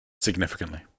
Significantly